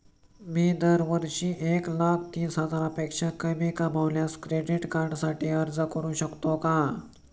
मी दरवर्षी एक लाख तीस हजारापेक्षा कमी कमावल्यास क्रेडिट कार्डसाठी अर्ज करू शकतो का?